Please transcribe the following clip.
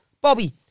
Bobby